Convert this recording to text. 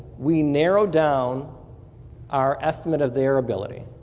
we narrow down our estimate of their ability.